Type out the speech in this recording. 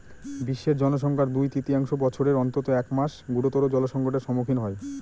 বিশ্বের জনসংখ্যার দুই তৃতীয়াংশ বছরের অন্তত এক মাস গুরুতর জলসংকটের সম্মুখীন হয়